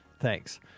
Thanks